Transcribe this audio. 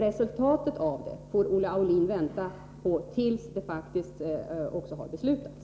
Resultatet av detta får Olle Aulin emellertid vänta på tills ett beslut faktiskt har fattats och uppdraget redovisats.